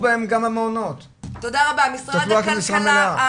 תודה רבה, משרד הכלכלה.